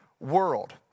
world